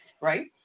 right